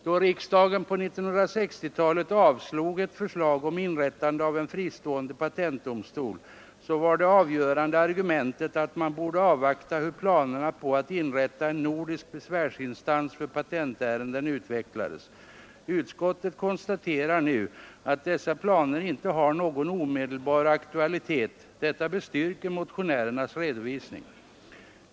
Då riksdagen på 1960-talet avslog ett förslag om inrättande av en fristående patentdomstol var det avgörande argumentet att man borde avvakta hur planerna på att inrätta en nordisk besvä patentärenden utvecklades. Utskottet konstaterar nu att d a planer inte har någon omedelbar aktualitet. Detta bestyrker motionärernas redovisning.